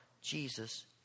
Jesus